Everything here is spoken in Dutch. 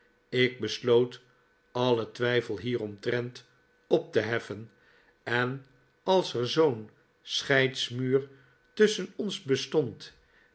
ik besloot alien twijfel hieromtrent op te heffen en als er zoo'n scheidsmuur tusschen ons bestond